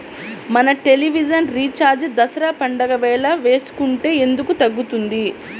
మన television recharge Dasara పండగ వేళ వేసుకుంటే ఎందుకు తగ్గుతుంది?